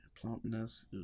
Plumpness